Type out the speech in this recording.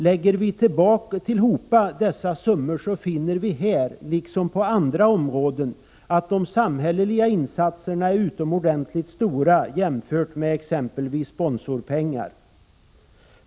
Lägger vi tillhopa dessa summor, finner vi här liksom på andra områden att de samhälleliga insatserna är utomordentligt stora, jämfört med exempelvis sponsorpengar.